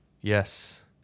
Yes